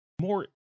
more